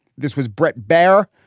this was brett baer,